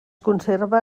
conserva